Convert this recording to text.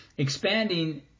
Expanding